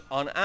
on